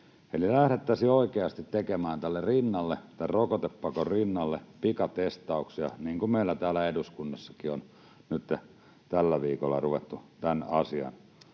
Eli lähdettäisiin oikeasti tekemään tämän rokotepakon rinnalle pikatestauksia, niin kuin meillä täällä eduskunnassakin on nytten tällä viikolla ruvettu tämän asian